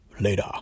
Later